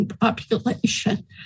population